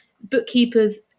bookkeepers